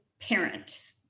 parent